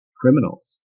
criminals